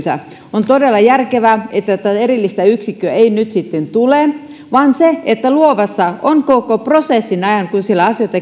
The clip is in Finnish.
on todella järkevää että tätä erillistä yksikköä ei nyt sitten tule vaan luovassa on koko prosessin ajan kun siellä asioita